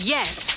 Yes